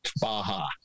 Baja